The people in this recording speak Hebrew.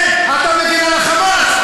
כן, אתה מגן על ה"חמאס".